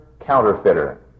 counterfeiter